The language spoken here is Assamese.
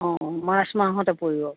অঁ মাৰ্চ মাহতে পৰিব